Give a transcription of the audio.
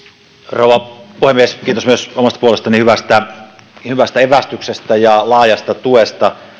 rouva puhemies kiitos myös omasta puolestani hyvästä hyvästä evästyksestä ja laajasta tuesta